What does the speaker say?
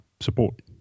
support